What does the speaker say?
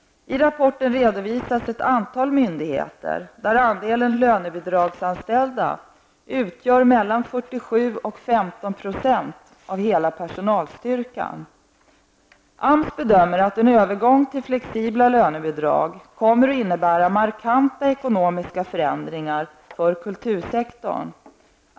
I rapporten redovisas ett antal myndigheter, där andelen lönebidragsanställda utgör mellan 47 och AMS bedömer att en övergång till flexibla lönebidrag kommer att innebära markanta ekonomiska förändringar för kultursektorn.